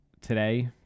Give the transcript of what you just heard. today